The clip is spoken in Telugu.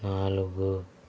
నాలుగు